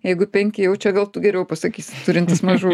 jeigu penki jau čia gal tu geriau pasakysi turintis mažų